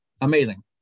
amazing